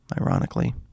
ironically